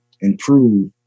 improve